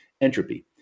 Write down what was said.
entropy